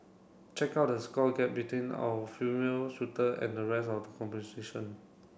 check out the score gap between our female shooter and the rest of the competition